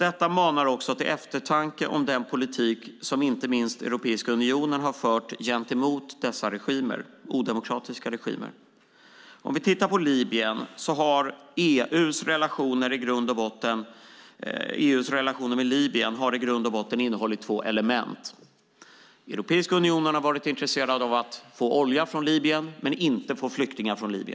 Detta manar dock till eftertanke om den politik som inte minst Europeiska unionen har fört gentemot dessa odemokratiska regimer. EU:s relationer med Libyen har i grund och botten innehållit två element. Europeiska unionen har varit intresserad av att få olja från Libyen men inte flyktingar.